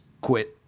quit